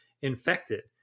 infected